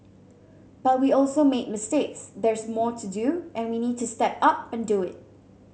but we also made mistakes there's more to do and we need to step up and do it